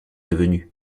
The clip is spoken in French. devenues